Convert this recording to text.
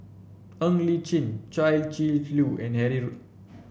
Ng Li Chin Chia Shi Lu and Harry Ord